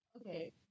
okay